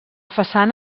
façana